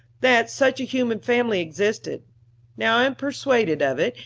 that such a human family existed now i am persuaded of it,